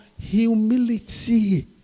humility